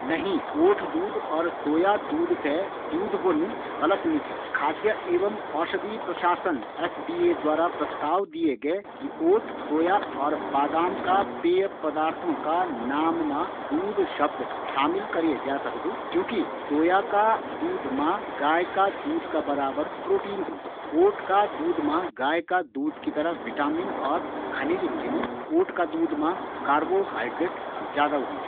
नहीं ओट् दूध या सोया दूध ते दूध बोणु गलत निच, खाद्य एवं औषधि प्रसास्करण द्वारा प्रस्ताव दिए ग्ये कि ओट् सोया और बादाम का पेय ते दूध की श्रेणी मा रखे जौ।